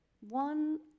One